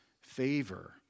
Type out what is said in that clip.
favor